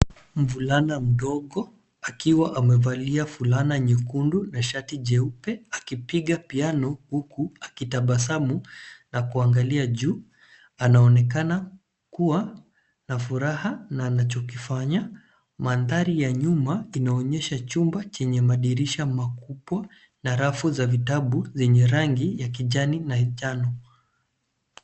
Mvulana mdogo akiwa amevalia fulana nyekundu na shati jeupe akipiga piano huku akitabasamu na kuangalia juu, anaonekana kuwa na furaha na anachokifanya. Mandhari ya nyuma inaonyesha chumba chenye madirisha makubwa na rafu za vitabu zenye rangi ya kijani na njano.